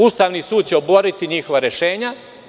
Ustavni sud će oboriti njihova rešenja.